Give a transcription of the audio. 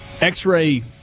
X-ray